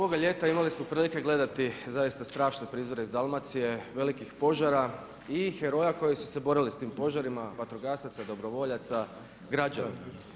Ovoga ljeta imali smo prilike gledati, zaista strašne prizore iz Dalmacije, velikih požara i heroja koji su se borili s tim požarima, vatrogasaca i dobrovoljaca, građana.